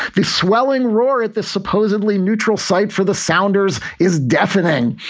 the swelling roar at the supposedly neutral site for the sounders is deafening.